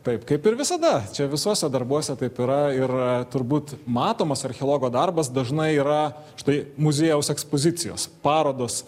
taip kaip ir visada čia visuose darbuose taip yra ir turbūt matomas archeologo darbas dažnai yra štai muziejaus ekspozicijos parodos